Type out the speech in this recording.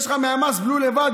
יש לך מהמס בלו לבד,